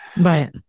Right